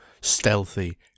stealthy